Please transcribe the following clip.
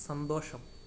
സന്തോഷം